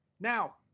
Now